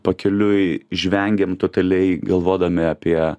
pakeliui žvengėm totaliai galvodami apie